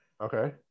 Okay